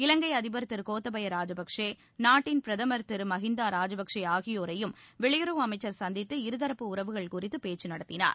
இலங்கை அதிபர் திரு கோத்தபய ராஜபக்ஷே அந்நாட்டின் பிரதமர் திரு மகிந்தா ராஜபக்ஷே ஆகியோரையும் வெளியுறவு அமைச்சர் சந்தித்து இருதரப்பு உறவுகள் குறித்து பேச்சு நடத்தினார்